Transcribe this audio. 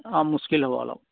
অঁ মুচকিল হ'ব অলপ